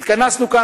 התכנסנו כאן,